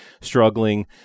struggling